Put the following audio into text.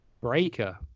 breaker